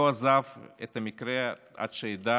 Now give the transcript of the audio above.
ולא עזב את המקרה עד שידע